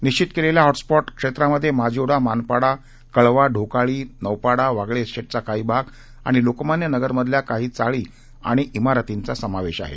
निशित केलेल्या हॉटस्पॉट क्षेत्रांमधे माजिवडा मानपाडा कळवा ढोकाळी नौपाडा वागळे इस्टेटचा काही भाग आणि लोकमान्य नगरमधल्या काही चाळी आणि इमारतींचा समावेश आहे